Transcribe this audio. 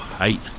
Eight